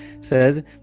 says